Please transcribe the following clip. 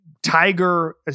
Tiger